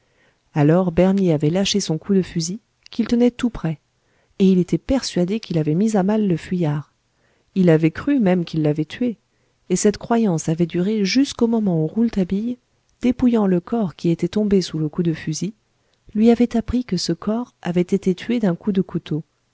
alors bernier avait lâché son coup de fusil qu'il tenait tout prêt et il était persuadé qu'il avait mis à mal le fuyard il avait cru même qu'il l'avait tué et cette croyance avait duré jusqu'au moment où rouletabille dépouillant le corps qui était tombé sous le coup de fusil lui avait appris que ce corps avait été tué d'un coup de couteau